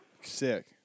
Sick